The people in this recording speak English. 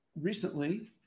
recently